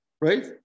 right